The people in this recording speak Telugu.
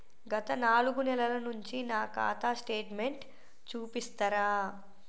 గత నాలుగు నెలల నుంచి నా ఖాతా స్టేట్మెంట్ చూపిస్తరా?